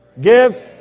give